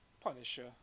Punisher